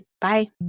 Bye